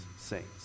saints